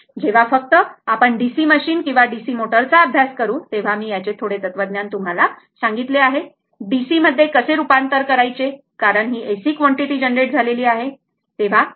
तर जेव्हा फक्त आपण DC मशीन किंवा DC मोटरचा अभ्यास करू तेव्हा मी याचे थोडे तत्वज्ञान तुम्हाला सांगितले आहे DC मध्ये कसे रूपांतरण करायचे कारण ही AC कॉन्टिटी जनरेट झालेली आहे बरोबर